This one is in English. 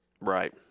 Right